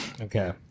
Okay